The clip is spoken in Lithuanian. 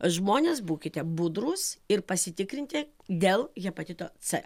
žmonės būkite budrūs ir pasitikrinti dėl hepatito c